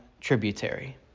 tributary